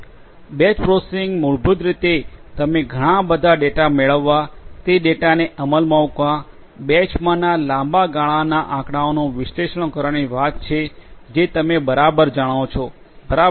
batch processing મૂળભૂત રીતે તમે ઘણાં બધા ડેટા મેળવવા તે ડેટાને અમલમાં મૂકવા બેચમાના લાંબા ગાળાના આંકડાઓનું વિશ્લેષણ કરવાની વાત છે જે તમે બરાબર જાણો છો બરાબર